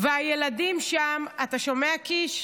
הילדים שם, אתה שומע, קיש?